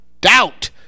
doubt